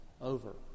over